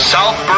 South